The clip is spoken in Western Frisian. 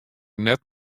net